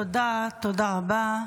תודה, תודה רבה.